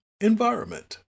environment